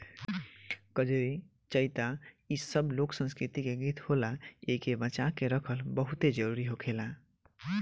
कजरी, चइता इ सब लोक संस्कृति के गीत होला एइके बचा के रखल बहुते जरुरी होखेला